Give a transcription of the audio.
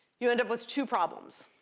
you end up with two problems.